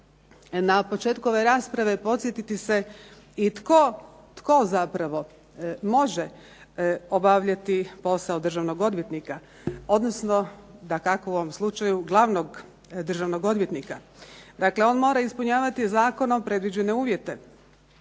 na početku ove rasprave podsjetiti se i tko zapravo može obavljati posao državnog odvjetnika, odnosno dakako u ovom slučaju glavnog državnog odvjetnika. Dakle, on mora ispunjavati zakonom predviđene uvjete.